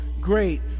great